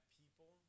people